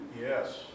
Yes